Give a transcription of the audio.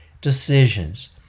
decisions